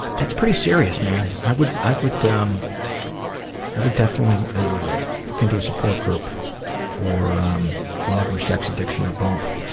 that's pretty serious, man. i would i would um i would definitely look into a support group for love or sex addiction or both.